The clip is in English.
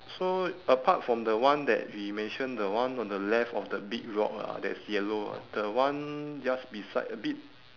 so apart from the one that we mention the one on the left of the big rock ah that is yellow ah the one just beside a bit